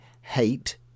hate